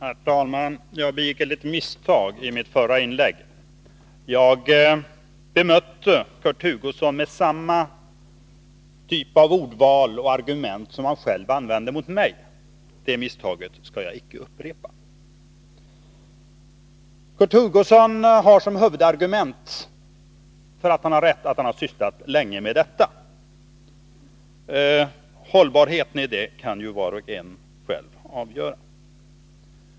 Herr talman! Jag begick ett misstag i mitt förra inlägg. Jag bemötte Kurt Hugosson med samma ordval och samma typ av argument som han själv använde mot mig. Det misstaget skall jag inte upprepa. Kurt Hugosson hade såsom huvudargument för att han har rätt att han har sysslat länge med dessa frågor. Hållbarheten i detta argument kan var och en själv avgöra.